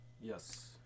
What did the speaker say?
Yes